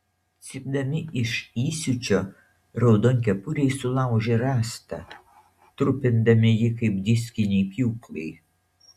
cypdami iš įsiūčio raudonkepuriai sulaužė rąstą trupindami jį kaip diskiniai pjūklai